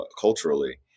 culturally